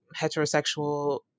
heterosexual